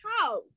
house